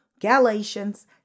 Galatians